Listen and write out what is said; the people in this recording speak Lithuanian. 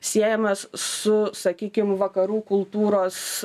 siejamas su sakykim vakarų kultūros